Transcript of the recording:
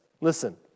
Listen